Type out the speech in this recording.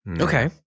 Okay